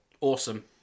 Awesome